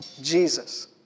Jesus